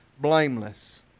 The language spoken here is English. blameless